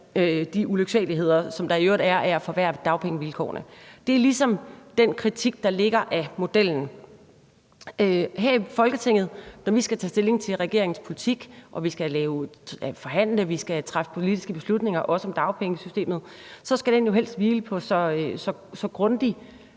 de ulyksaligheder, som der i øvrigt er af at forværre dagpengevilkårene. Det er ligesom den kritik, der ligger af modellen. Her i Folketinget, når vi skal tage stilling til regeringens politik og vi skal forhandle og træffe politiske beslutninger, også om dagpengesystemet, skal det jo helst hvile på så grundig